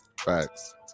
Facts